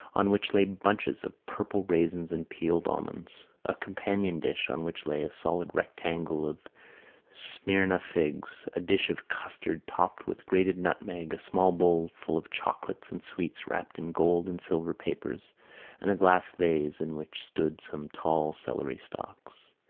on which lay bunches of purple raisins and peeled almonds, a companion dish on which lay a solid rectangle of smyrna figs, a dish of custard topped with grated nutmeg, a small bowl full of chocolates and sweets wrapped in gold and silver papers and a glass vase in which stood some tall celery stalks.